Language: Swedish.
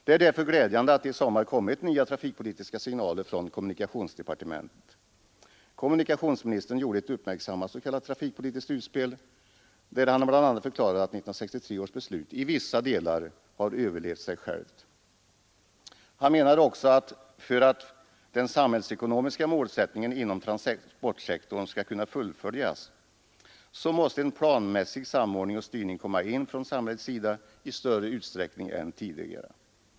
Det är därför glädjande att det i sommar har kommit nya trafikpolitiska signaler från kommunikationsdepartementet. Kommunikationsministern gjorde ett uppmärksammat s.k. trafikpolitiskt utspel, där han bl.a. förklarade att 1963 års beslut i vissa delar har överlevt sig självt. Han menade också att för att den samhällsekonomiska målsättningen inom transportsektorn skall kunna fullföljas, så måste en planmässig samordning och styrning komma in från samhällets sida i större utsträckning än tidigare.